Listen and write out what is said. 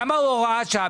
למה הוא הוראת שעה?